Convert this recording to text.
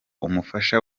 umufasha